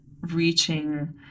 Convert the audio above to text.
reaching